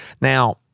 Now